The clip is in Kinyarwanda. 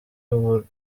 uburezi